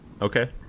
Okay